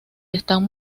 están